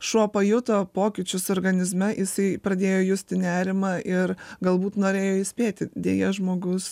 šuo pajuto pokyčius organizme jisai pradėjo justi nerimą ir galbūt norėjo įspėti deja žmogus